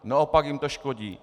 Naopak jim to škodí.